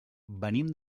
venim